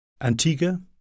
Antigua